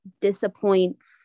disappoints